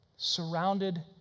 Surrounded